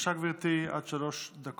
בבקשה, גברתי, עד שלוש דקות.